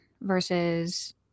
versus